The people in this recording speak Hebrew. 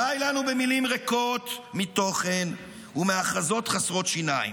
די לנו ממילים ריקות מתוכן ומהכרזות חסרות שיניים.